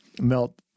Melt